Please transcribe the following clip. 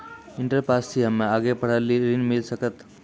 Inter pass छी हम्मे आगे पढ़े ला ऋण मिल सकत?